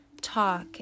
talk